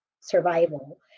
survival